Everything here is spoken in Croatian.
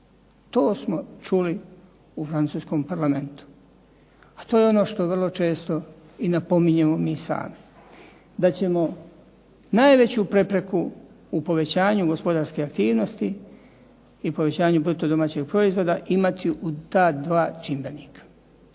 To smo čuli u francuskom parlamentu, a to je ono što vrlo često i napominjemo mi sami, da ćemo najveću prepreku u povećanju gospodarske aktivnosti i povećanju bruto domaćeg proizvoda imati u ta dva čimbenika.